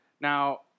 now